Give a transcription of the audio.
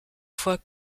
fois